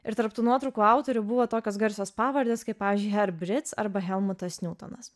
ir tarp tų nuotraukų autorių buvo tokios garsios pavardės kaip pavyzdžiui her britz arba helmutas niutonas